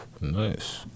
Nice